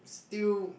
still